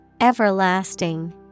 Everlasting